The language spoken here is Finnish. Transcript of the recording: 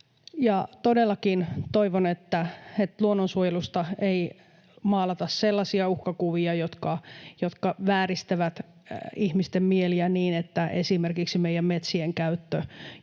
Todellakin toivon, että luonnonsuojelusta ei maalata sellaisia uhkakuvia, jotka vääristävät ihmisten mieliä niin, että esimerkiksi meidän metsien käyttö